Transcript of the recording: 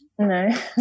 No